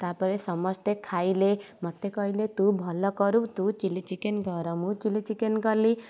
ତାପରେ ସମସ୍ତେ ଖାଇଲେ ମତେ କହିଲେ ତୁ ଭଲ କରୁ ତୁ ଚିଲି ଚିକେନ କର ମୁଁ ଚିଲି ଚିକେନ କଲି